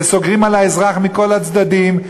וסוגרים על האזרח מכל הצדדים.